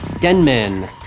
Denman